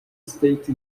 state